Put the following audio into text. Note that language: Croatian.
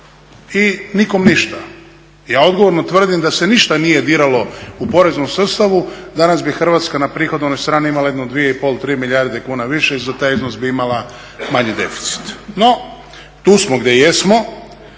i nikom ništa. Ja odgovorno tvrdim da se ništa nije diralo u poreznom sustavu, danas bi Hrvatska na prihodovnoj strani imala jedno 2,3, 3 milijarde kuna više i za taj iznos bi imala manji deficit. No tu smo gdje jesmo.